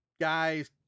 guys